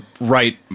right